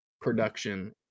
production